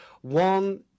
One